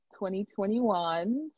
2021